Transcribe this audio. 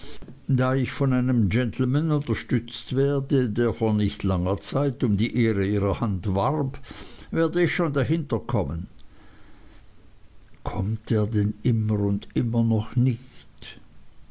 da ich von einem gentleman unterstützt werde der vor nicht langer zeit um die ehre ihrer hand warb werde ich schon dahinterkommen kommt er denn immer und immer noch nicht